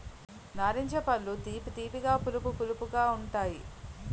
నారింజ పళ్ళు తీపి తీపిగా పులుపు పులుపుగా ఉంతాయి